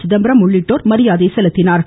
சிதம்பரம் உள்ளிட்டோர் மரியாதை செலுத்தினர்